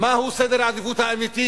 מהו סדר העדיפויות האמיתי,